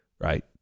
right